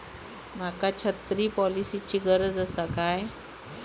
माका छत्री पॉलिसिची गरज आसा काय?